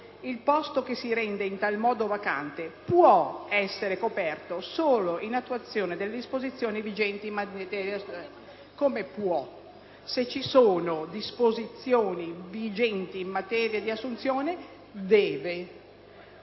«Il posto che si rende in tal modo vacante può essere coperto solo in attuazione delle disposizioni vigenti in materia di assunzioni». Ma come "può"? Se ci sono disposizioni vigenti in materia di assunzione, non